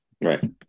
right